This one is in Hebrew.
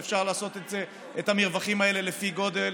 ואפשר לעשות את המרווחים האלה לפי גודל,